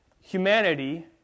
humanity